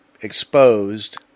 exposed